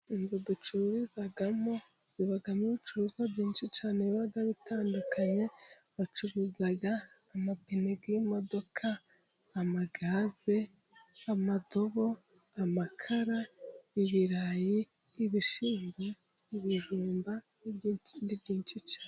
Inzu ducururizamo, zibamo ibicuruzwa byinshi cyane biba bitandukanye. Bacuruza amapine y'imodoka, amagaze, amadobo amakara, ibirayi, ibishyimbo, ibijumba, ni byinshi cyane.